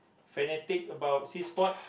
fanatic about sea sport